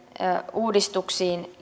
uudistuksiin